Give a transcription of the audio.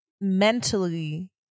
mentally